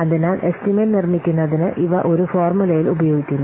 അതിനാൽ എസ്റ്റിമേറ്റ് നിർമ്മിക്കുന്നതിന് ഇവ ഒരു ഫോർമുലയിൽ ഉപയോഗിക്കുന്നു